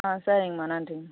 ஆ சரிங்கம்மா நன்றிங்கம்மா